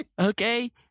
Okay